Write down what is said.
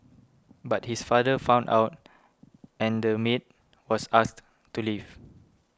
but his father found out and the maid was asked to leave